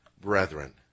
brethren